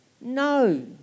No